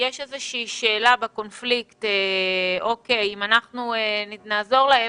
ויש איזשהו קונפליקט שאומר: אם נעזור להם,